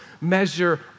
measure